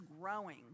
growing